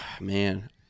Man